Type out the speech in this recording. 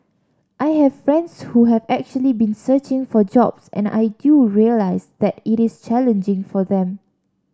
I have friends who have actually been searching for jobs and I do realise that it is challenging for them